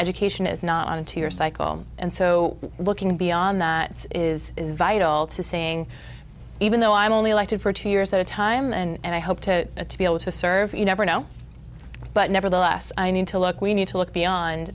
education is not on a two year cycle and so looking beyond that is vital to saying even though i'm only elected for two years at a time and i hope to to be able to serve you never know but nevertheless i need to look we need to look beyond